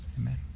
amen